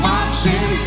Watching